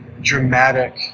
dramatic